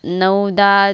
नऊ दहा